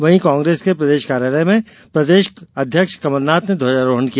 वहीं कांग्रेस के प्रदेश कार्यालय में प्रदेश अध्यक्ष कमलनाथ ने ध्वजारोहण किया